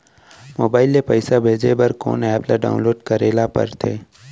Mobile से पइसा भेजे बर कोन एप ल डाऊनलोड करे ला पड़थे?